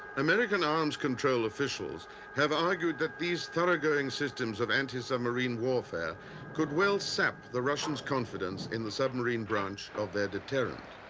american arms control officials have argued that these thorough going systems of anti-submarine warfare could well sap the russians' confidence in the submarine branch of their deterrent.